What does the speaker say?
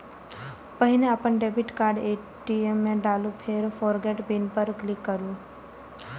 पहिने अपन debit card ATM मे डालू, फेर फोरगेट पिन पर क्लिक करू